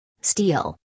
Steel